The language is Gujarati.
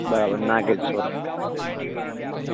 બરાબર નાગેશ્વર